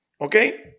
Okay